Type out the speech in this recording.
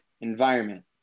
environment